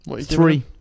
Three